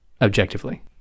objectively